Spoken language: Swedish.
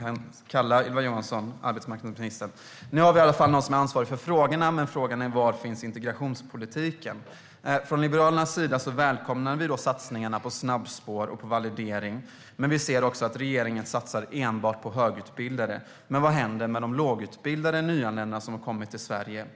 kan kalla Ylva Johansson, arbetsmarknadsministern. Nu har vi i alla fall någon som är ansvarig för frågorna. Men frågan är: Var finns integrationspolitiken? Från Liberalernas sida välkomnar vi satsningarna på snabbspår och validering. Men vi ser också att regeringen satsar enbart på högutbildade. Vad händer med de lågutbildade nyanlända som har kommit till Sverige?